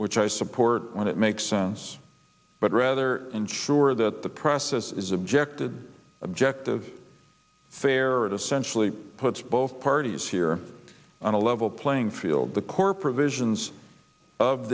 which i support when it makes sense but rather ensure that the process is objected objective fair or it essentially puts both parties here on a level playing field the core provisions of